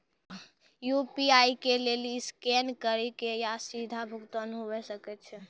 UPI के लेली scan करि के या सीधा भुगतान हुये सकै छै